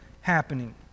happening